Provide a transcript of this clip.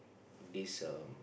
this um